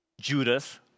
Judas